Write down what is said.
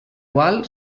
gual